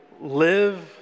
live